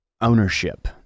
ownership